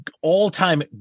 all-time